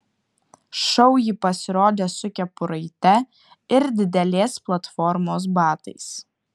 šou ji pasirodė su kepuraite ir didelės platformos batais